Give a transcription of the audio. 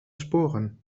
sporen